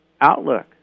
outlook